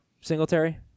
Singletary